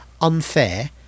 unfair